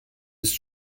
ist